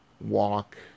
walk